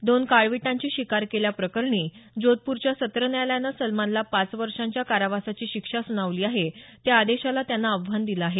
दोन काळविटांची शिकार केल्या प्रकरणी जोधपूरच्या सत्र न्यायालयानं सलमानला पाच वर्षांच्या कारावासाची शिक्षा सुनावली आहे त्या आदेशाला त्यानं आव्हान दिलं आहे